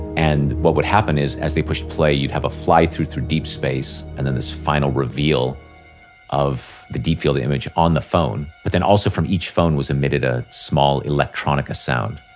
and what would happen is as they push play, you would have a fly through to deep space, and then this final reveal of the deep field image on the phone. but then also from each phone was emitted a small electronica sound.